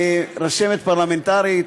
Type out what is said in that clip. רשמת פרלמנטרית,